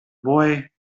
boy